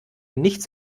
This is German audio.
nichts